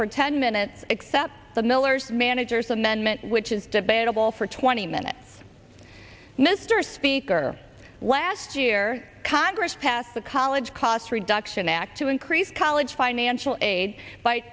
for ten minutes except the miller's manager's amendment which is debatable for twenty minutes mr speaker last year congress passed the college cost reduction act to increase college financial aid by